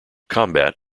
combat